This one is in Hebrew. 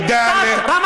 תת-רמה.